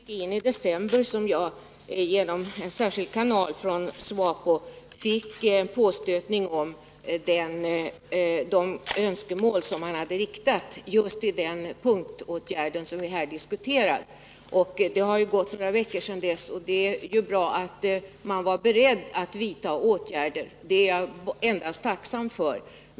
Herr talman! Det var ett gott stycke in i november som jag genom en särskild kanal från SWAPO fick påstötning om de önskemål som man hade framfört, just de punktåtgärder som vi här diskuterar. Det har gått några veckor sedan dess, och det är bra att regeringen är beredd att vidta åtgärder — det är jag endast tacksam för.